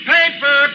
Paper